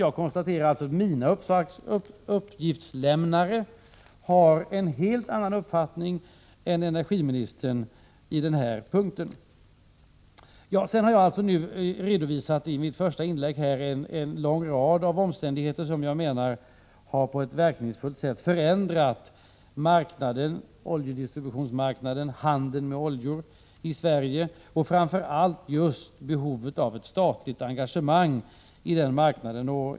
Jag konstaterar att mina uppgiftslämnare har en helt annan uppfattning än energiministern på den här punkten. I mitt första inlägg redovisade jag en lång rad omständigheter som jag menar på ett verkningsfullt sätt har förändrat oljedistributionsmarknaden, handeln med olja i Sverige och framför allt behovet av ett statligt engage mang i den marknaden.